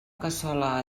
cassola